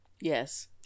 Yes